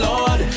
Lord